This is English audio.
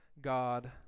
god